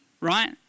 right